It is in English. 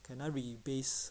can I rebase